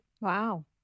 wow